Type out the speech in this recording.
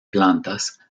plantas